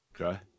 Okay